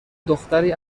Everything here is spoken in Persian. دختری